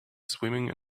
swimming